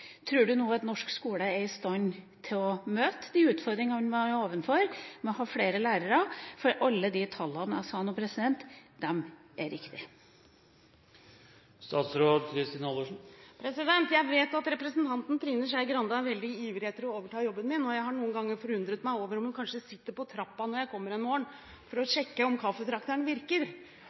at norsk skole nå er i stand til å møte de utfordringene man står overfor, med å ha flere lærere? For alle de tallene jeg nevnte nå, er riktige. Jeg vet at representanten Trine Skei Grande er veldig ivrig etter å overta jobben min, og jeg har noen ganger undret meg på om hun kanskje sitter på trappen når jeg kommer en morgen for å sjekke om kaffetrakteren virker.